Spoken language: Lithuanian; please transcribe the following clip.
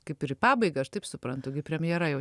kaip ir į pabaigą aš taip suprantu gi premjera jau